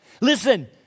Listen